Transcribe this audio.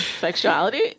sexuality